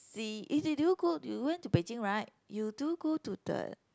see eh did did you go you went to Beijing right you do go to the